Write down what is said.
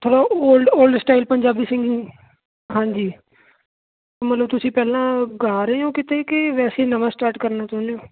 ਚਲੋ old style Punjabi singing ਹਾਂਜੀ ਮਤਲਬ ਤੁਸੀਂ ਪਹਿਲਾਂ ਗਾ ਰਹੇ ਹੋ ਕਿਤੇ ਕਿ ਵੈਸੇ ਨਵਾਂ ਸਟਾਰਟ ਕਰਨਾ ਚਾਹੁੰਦੇ ਹੋ